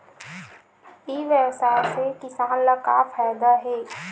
ई व्यवसाय से किसान ला का फ़ायदा हे?